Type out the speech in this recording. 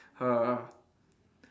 her